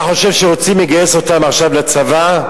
אתה חושב שרוצים לגייס אותם עכשיו לצבא?